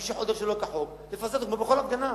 מי שחודר שלא כחוק, לפזר אותו כמו בכל הפגנה.